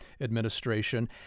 administration